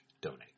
donate